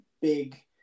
big